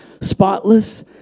spotless